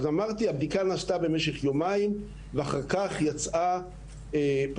אמרתי, הבדיקה נעשתה במשך יומיים ואחר כך יצא הסבר